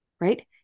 right